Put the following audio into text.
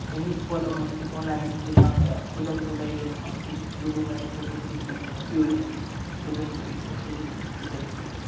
ꯑꯦꯅꯤ ꯄꯣꯠ ꯑꯃꯁꯤ ꯑꯣꯟꯂꯥꯏꯟꯒꯤ ꯈꯨꯊꯥꯡꯗ ꯈꯨꯗꯛꯇ ꯂꯩꯕ ꯐꯪꯈꯤ ꯑꯗꯨꯕꯨ ꯃꯅꯤꯄꯨꯔꯗꯗꯤ ꯍꯧꯖꯤꯛꯃꯛꯀꯤ ꯑꯣꯏꯅꯗꯤ ꯑꯗꯨꯒꯨꯝꯕꯒꯤ ꯐꯦꯁꯤꯂꯤꯇꯤꯁꯇꯤ ꯂꯩꯇ꯭ꯔꯤ